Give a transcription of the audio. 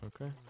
okay